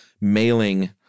mailing